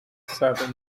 seven